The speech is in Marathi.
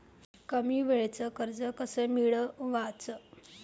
कमी वेळचं कर्ज कस मिळवाचं?